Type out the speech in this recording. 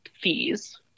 fees